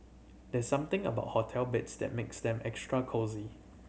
there's something about hotel beds that makes them extra cosy